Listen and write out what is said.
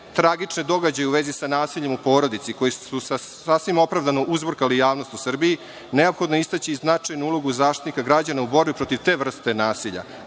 tragične događaje u vezi sa nasiljem u porodici, koji su sasvim opravdano uzburkali javnost u Srbiji, neophodno je istaći značajnu ulogu Zaštitnika građana u borbi protiv te vrste nasilja,